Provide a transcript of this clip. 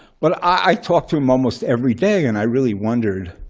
but i talked to him almost every day. and i really wondered